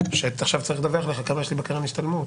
שעכשיו צריך לדווח לך כמה יש לי בקרן השתלמות.